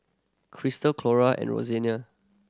Christal Clora and Roseanna